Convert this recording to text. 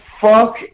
fuck